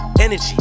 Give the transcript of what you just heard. Energy